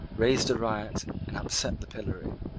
raised a riot, and upset the pillory.